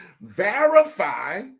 Verify